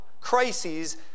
crises